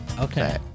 Okay